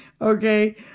Okay